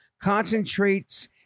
concentrates